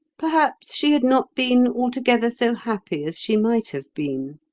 perhaps she had not been altogether so happy as she might have been.